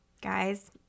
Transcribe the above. Guys